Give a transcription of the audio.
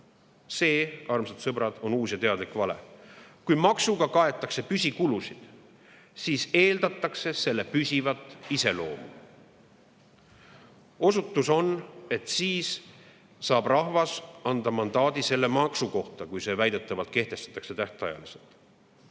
See, armsad sõbrad, on uus ja teadlik vale. Kui maksuga kaetakse püsikulusid, siis eeldatakse selle püsivat iseloomu. Osutus on, et rahvas saab anda maksu kohta mandaadi siis, kui see väidetavalt kehtestatakse tähtajaliselt.